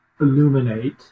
illuminate